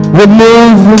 remove